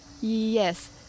Yes